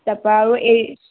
তাৰ পৰা আৰু এই